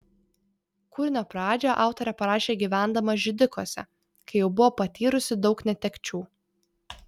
kūrinio pradžią autorė parašė gyvendama židikuose kai jau buvo patyrusi daug netekčių